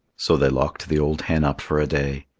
so they locked the old hen up for a day.